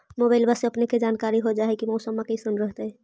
मोबाईलबा से अपने के जानकारी हो जा है की मौसमा कैसन रहतय?